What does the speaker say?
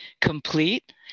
complete